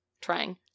trying